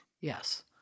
Yes